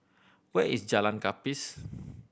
where is Jalan Gapis